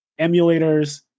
emulators